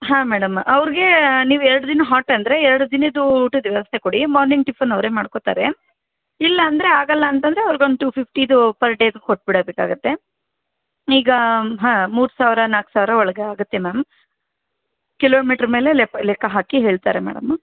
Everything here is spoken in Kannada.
ಹಾಂ ಮೇಡಮ್ ಅವ್ರ್ಗೇ ನೀವು ಎರ್ಡು ದಿನ ಹಾಟ್ ಅಂದರೆ ಎರಡು ದಿನದ್ದು ಊಟದ ವ್ಯವಸ್ಥೆ ಕೊಡಿ ಮಾರ್ನಿಂಗ್ ಟಿಫನ್ ಅವರೇ ಮಾಡ್ಕೋತಾರೆ ಇಲ್ಲ ಅಂದರೆ ಆಗಲ್ಲ ಅಂತಂದರೆ ಅವ್ರಿಗೊಂದು ಟು ಫಿಫ್ಟಿದು ಪರ್ ಡೇದು ಕೊಟ್ಬಿಡದಕ್ಕಾಗತ್ತೆ ಈಗ ಹಾಂ ಮೂರು ಸಾವಿರ ನಾಲ್ಕು ಸಾವಿರ ಒಳಗೆ ಆಗತ್ತೆ ಮ್ಯಾಮ್ ಕಿಲೋಮೀಟ್ರ್ ಮೇಲೆ ಲೆಕ್ಕ ಹಾಕಿ ಹೇಳ್ತಾರೆ ಮೇಡಮ್